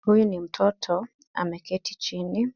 huyu ni mtoto ameketi chini,